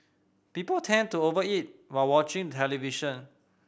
people tend to over eat while watching television